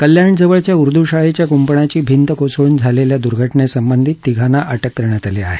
कल्याण जवळच्या उर्दू शाळेच्या कुंपणाची भींत कोसळून झालेल्या दुर्घटनेसंबंधित तिघांना अटक करण्यात आली आहे